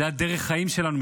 זה דרך החיים שלנו,